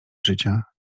życia